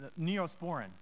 Neosporin